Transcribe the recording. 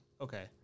Okay